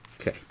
Okay